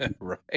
Right